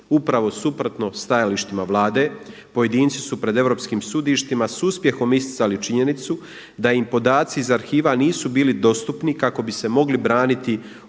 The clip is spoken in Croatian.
Upravo suprotno stajalištima Vlade pojedinci su pred europskih sudištima s uspjehom isticali činjenicu da im podaci iz arhiva nisu bili dostupni kako bi se mogli braniti od